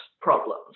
problems